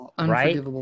right